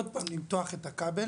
עוד פעם למתוח את החבל